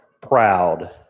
proud